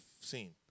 seen